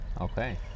Okay